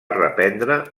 reprendre